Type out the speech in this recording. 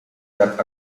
jak